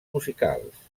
musicals